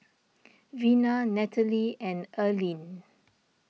Vena Natalee and Earlene